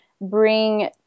bring